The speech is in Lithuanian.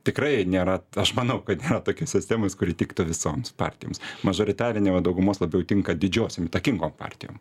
tikrai nėra aš manau kad tokios sistemos kuri tiktų visoms partijoms mažoritarinė o daugumos labiau tinka didžiosiom įtakingom partijom